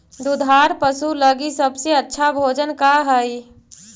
दुधार पशु लगीं सबसे अच्छा भोजन का हई?